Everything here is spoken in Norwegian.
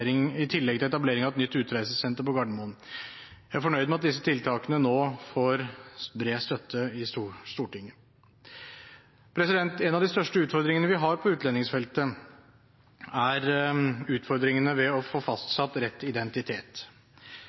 Trandum i tillegg til etablering av et nytt utreisesenter på Gardermoen. Jeg er fornøyd med at disse tiltakene nå får bred støtte i Stortinget. En av de største utfordringene vi har på utlendingsfeltet, er utfordringene med å få fastsatt rett identitet.